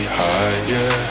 higher